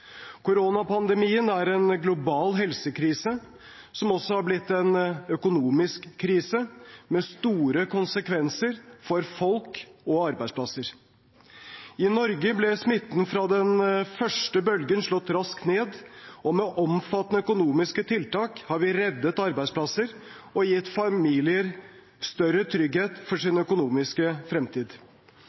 Koronapandemien er en global helsekrise som også har blitt en økonomisk krise med store konsekvenser for folk og arbeidsplasser. I Norge ble smitten fra den første bølgen slått raskt ned, og med omfattende økonomiske tiltak har vi reddet arbeidsplasser og gitt familier større trygghet for sin økonomiske fremtid.